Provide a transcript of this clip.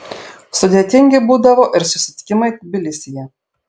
sudėtingi būdavo ir susitikimai tbilisyje